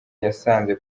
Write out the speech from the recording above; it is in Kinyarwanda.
yasanze